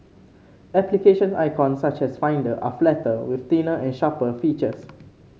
application icons such as Finder are flatter with thinner and sharper features